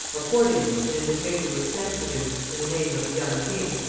accordingly an invitation was sent to him, in the name of the young king,